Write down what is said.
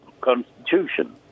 Constitution